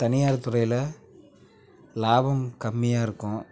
தனியார் துறையில் லாபம் கம்மியாக இருக்கும்